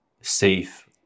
safe